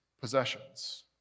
possessions